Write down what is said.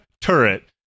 turret